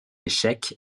échec